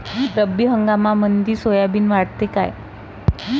रब्बी हंगामामंदी सोयाबीन वाढते काय?